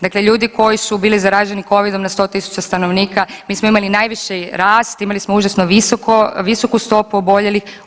Dakle, ljudi koji su bili zaraženi covidom na 100 000 stanovnika, mi smo imali najviši rast, imali smo užasno visoku stopu oboljelih.